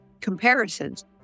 comparisons